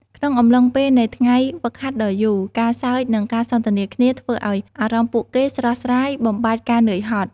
ក្នុងអំឡុងពេលនៃថ្ងៃហ្វឹកហាត់ដ៏យូរ ការសើច និងការសន្ទនាគ្នាធ្វើឱ្យអារម្មណ៍ពួកគេស្រស់ស្រាយ បំបាត់ការនឿយហត់។